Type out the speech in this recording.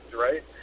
right